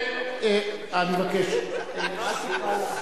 מאיר, אני מכבד אותך ואני לא אקריא אותם.